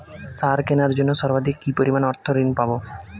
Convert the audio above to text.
সার কেনার জন্য সর্বাধিক কি পরিমাণ অর্থ ঋণ পাব?